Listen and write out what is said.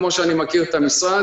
כפי שאני מכיר את המשרד,